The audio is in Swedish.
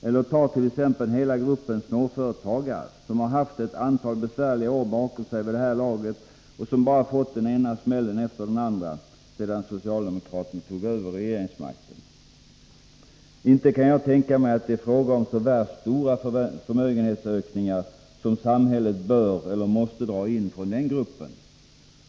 Eller ta t.ex. hela gruppen småföretagare, som haft ett antal besvärliga år bakom sig vid det här laget och som bara fått den ena smällen efter den andra sedan socialdemokraterna tog över regeringsmakten. Inte kan jag tänka mig att det är fråga om så värst stora förmögenhetsökningar som samhället bör eller måste dra in från den gruppen.